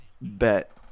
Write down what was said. bet